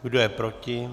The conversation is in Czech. Kdo je proti?